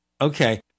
okay